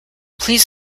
please